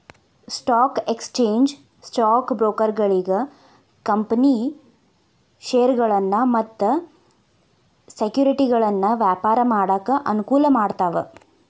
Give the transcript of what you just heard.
stock exchange stock ಬ್ರೋಕರ್ಗಳಿಗಿ company ಷೇರಗಳನ್ನ ಮತ್ತ ಸೆಕ್ಯುರಿಟಿಗಳನ್ನ ವ್ಯಾಪಾರ ಮಾಡಾಕ ಅನುಕೂಲ ಮಾಡ್ತಾವ